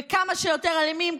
וכמה שיותר אלימים,